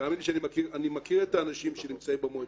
תאמיני לי שאני מכיר את האנשים שנמצאים במועצה,